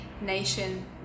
nation